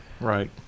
Right